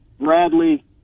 Bradley